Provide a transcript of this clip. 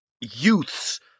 youths